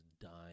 dying